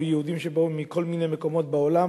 או יהודים שבאו מכל מיני מקומות בעולם